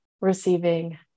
receiving